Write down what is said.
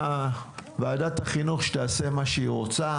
ועדת החינוך שתעשה מה שהיא רוצה.